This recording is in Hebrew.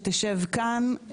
שתשב כאן,